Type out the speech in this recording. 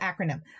acronym